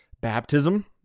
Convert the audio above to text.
baptism